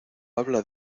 habla